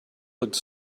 looked